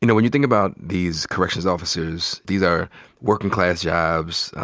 you know when you think about these corrections officers, these are working class jobs,